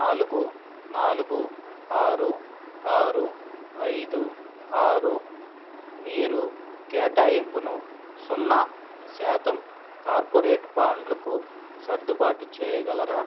నాలుగు నాలుగు ఆరు ఆరు ఐదు ఆరు మీరు కేటాయింపును సున్నా శాతం కార్పొరేట్ బాండ్లకు సర్దుబాటు చేయగలరా